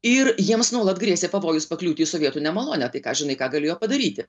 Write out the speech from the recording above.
ir jiems nuolat grėsė pavojus pakliūti į sovietų nemalonę tai ką žinai ką galėjo padaryti